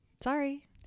Sorry